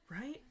Right